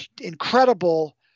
incredible